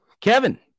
Kevin